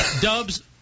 Dubs